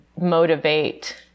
motivate